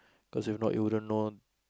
cause if not you wouldn't know